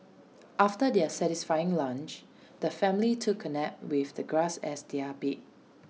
after their satisfying lunch the family took A nap with the grass as their bed